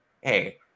Hey